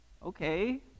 Okay